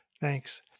Thanks